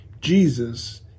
Jesus